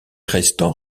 restant